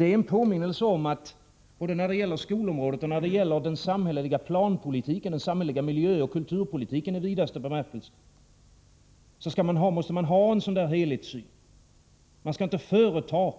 Det är en påminnelse om att man —- både när det gäller skolområdet och när det gäller den samhälleliga planpolitiken, den samhälleliga miljöoch kulturpolitiken i vidaste bemärkelse — måste ha en helhetssyn. Man skall inte göra